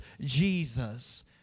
Jesus